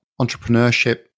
entrepreneurship